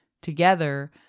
together